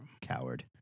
Coward